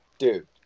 Dude